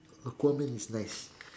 aquaman is nice